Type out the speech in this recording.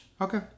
Okay